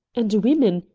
and women,